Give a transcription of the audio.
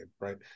right